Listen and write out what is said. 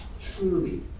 truly